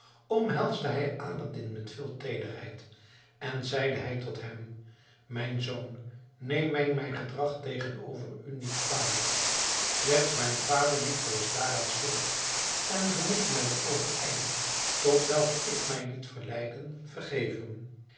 omhelsde hij aladdin met veel teederheid en zeide hij tot hem mijn zoon neem mij mijn gedrag tegenover u niet kwalijk slechts mijn vaderliefde was daaraan schuld en ge moet mij de overijling tot welke ik mij liet verleiden vergeven